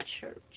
church